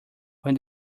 when